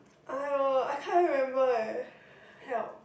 !aiyo! I can't remember eh help